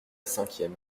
cinquième